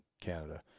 Canada